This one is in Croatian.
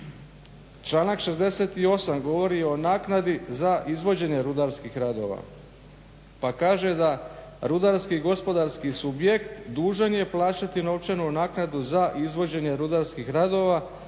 Članak 68. govori o naknadi za izvođenje rudarskih radova, pa kaže da rudarski gospodarski subjekt dužan je plaćati novčanu naknadu za izvođenje rudarskih radova